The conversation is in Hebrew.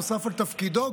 נוסף על תפקידם,